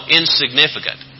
insignificant